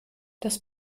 das